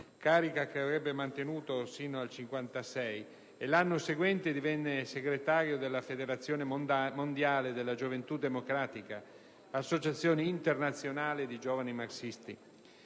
carica che avrebbe mantenuto sino al 1956. L'anno seguente divenne segretario della Federazione mondiale della gioventù democratica, associazione internazionale di giovani marxisti.